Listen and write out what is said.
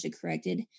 corrected